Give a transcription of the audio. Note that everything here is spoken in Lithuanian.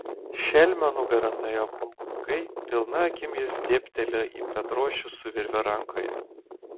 šelmio nugara nuėjo pagaugai pilna akim jis dėbtelėjo į petrošių su virve rankoje